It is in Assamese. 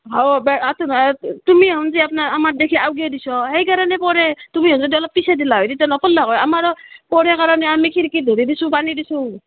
হৌ তুমিহোন যে আমাক দেখি আউজিয়াই দিছ সেইকাৰণে পৰে তুমিহোনে অলপ পিছুৱাই দিলা হয় তেতিয়া নপল্লাক হয় আমাৰ পৰে কাৰণে আমি খিৰিকীত ধৰি দিছোঁ বান্ধি দিছোঁ